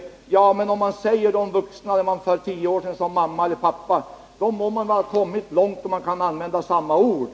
Om barnen, som för tio år sedan sade ”mamma och pappa”, nu säger ”dom vuxna”, dvs. använder samma ord för båda föräldrarna, har vi väl kommit långt!